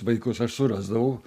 vaikus aš surasdavau